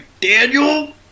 Daniel